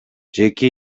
жеке